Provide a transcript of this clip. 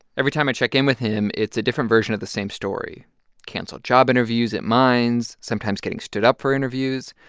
every time i check in with him, it's a different version of the same story cancelled job interviews at mines, sometimes getting stood up for interviews.